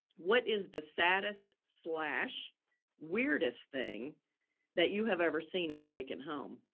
what is the saddest slash weirdest thing that you have ever seen in a vacant home?